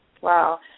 Wow